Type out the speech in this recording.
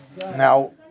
Now